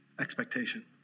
Expectation